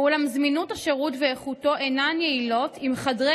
אולם זמינות השירות ואיכותו אינן יעילות אם חדרי